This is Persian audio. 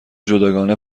جداگانه